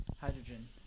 Hydrogen